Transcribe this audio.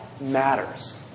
matters